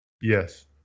Yes